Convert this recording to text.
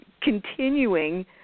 continuing